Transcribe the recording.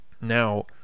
Now